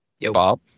Bob